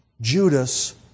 Judas